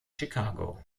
chicago